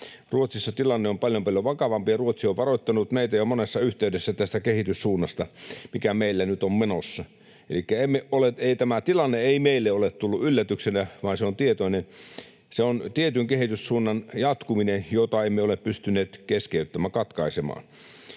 Ruotsissa tilanne on paljon paljon vakavampi, ja Ruotsi on varoittanut meitä jo monessa yhteydessä tästä kehityssuunnasta, mikä meillä nyt on menossa. Elikkä tämä tilanne ei meille ole tullut yllätyksenä, vaan se on tietyn kehityssuunnan jatkuminen, jota emme ole pystyneet katkaisemaan.